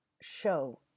show